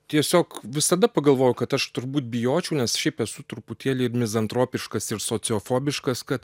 tiesiog visada pagalvoju kad aš turbūt bijočiau nes šiaip esu truputėlį mizantropiškas ir sociofobiškas kad